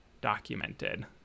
documented